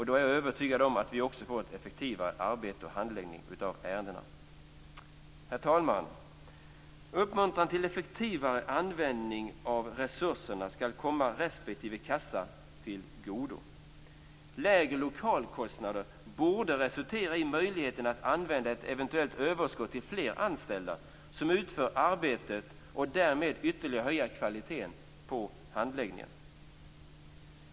Då är jag övertygad om att vi också får ett effektivare arbete och en bättre handläggning av ärendena. Herr talman! Uppmuntran till effektivare användning av resurserna skall komma respektive kassa till godo. Lägre lokalkostnader borde resultera i möjligheten att använda ett eventuellt överskott till fler anställda som utför arbetet och att därmed ytterligare höja kvaliteten i handläggningen.